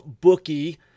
bookie